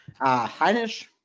Heinisch